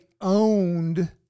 owned